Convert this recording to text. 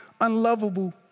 unlovable